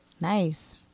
Nice